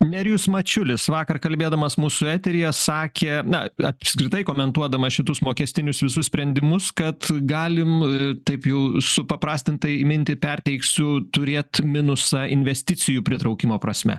nerijus mačiulis vakar kalbėdamas mūsų eteryje sakė na apskritai komentuodamas šituos mokestinius visus sprendimus kad galim a taip jau supaprastintai mintį perteiksiu turėt minusą investicijų pritraukimo prasme